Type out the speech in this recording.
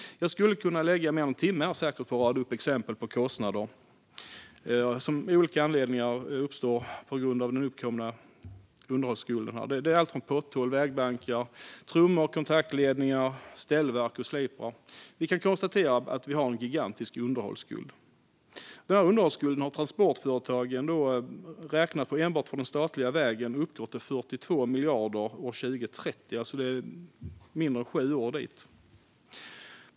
Jag skulle kunna lägga mer än en timme på att rada upp exempel på kostnader som av olika anledningar uppstår på grund av den uppkomna underhållsskulden. Det är fråga om potthål, vägbankar, trummor, kontaktledningar, ställverk och sliprar. Vi kan konstatera att vi har en gigantisk underhållsskuld. Transportföretagen har beräknat att underhållsskulden enbart för statliga vägar uppgår till 42 miljarder år 2030. Det är mindre än sju år dit.